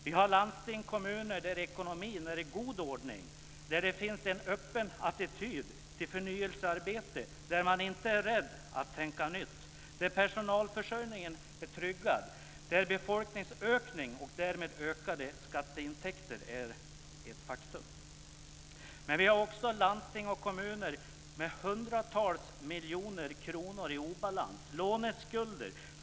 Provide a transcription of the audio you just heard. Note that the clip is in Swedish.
Vi har landsting och kommuner där ekonomin är i god ordning, där det finns en öppen attityd till förnyelsearbete, där man inte är rädd att tänka nytt, där personalförsörjningen är tryggad och där befolkningsökning och därmed ökade skatteintäkter är ett faktum. Men vi har också landsting och kommuner med hundratals miljoner kronor i obalans och låneskulder.